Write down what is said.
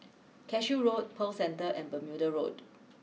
Cashew Road Pearl Centre and Bermuda Road